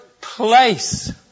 place